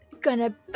gonna-